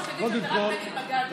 קודם כול,